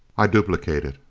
i duplicated.